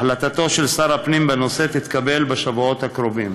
החלטתו של שר הפנים בנושא תתקבל בשבועות הקרובים.